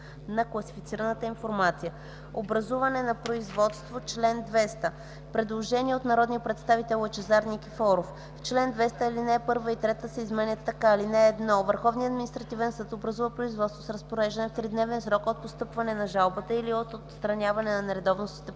на класифицираната информация.” „Образуване на производство” – чл. 200. Предложение от народния представител Лъчезар Никифоров: „1. Чл. 200, ал. 1 и ал. 3 се изменят така: „(1) Върховният Административен съд образува производство с разпореждане в 3-дневен срок от постъпване на жалбата или от отстраняване на нередовностите